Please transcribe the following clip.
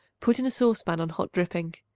put in a saucepan on hot dripping.